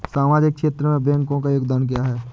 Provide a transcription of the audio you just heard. सामाजिक क्षेत्र में बैंकों का योगदान क्या है?